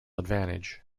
advantage